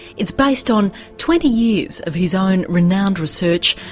it's based on twenty years of his own renowned research,